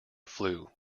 flew